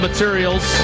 Materials